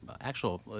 actual